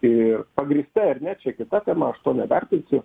ir pagrįstai ar net čia kita tema aš to nevertinsiu